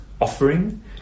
offering